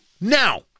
Now